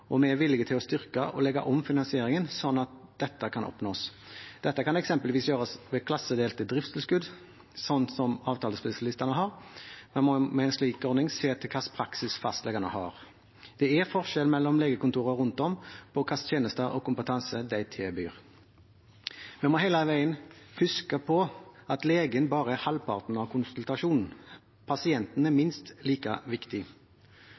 og vi er villige til å styrke og legge om finansieringen, slik at det kan oppnås. Dette kan eksempelvis gjøres ved klassedelte driftstilskudd, slik som avtalespesialistene har. Man må ved en slik ordning se til hvilken praksis fastlegene har. Det er forskjell mellom legekontorene rundt om på hvilke tjenester og kompetanse de tilbyr. Vi må hele veien huske på at legen bare er halvparten av konsultasjonen, pasienten er minst like viktig.